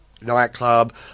nightclub